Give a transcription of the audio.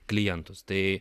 klientus tai